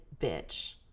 bitch